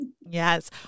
Yes